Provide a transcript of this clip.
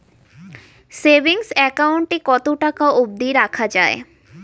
Savings account এ কতো টাকা অব্দি রাখা যায়?